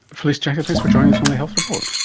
felice jacka, thanks for joining us on the health report.